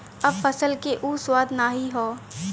अब फसल क उ स्वाद नाही हौ